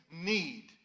need